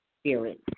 spirit